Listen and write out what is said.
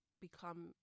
become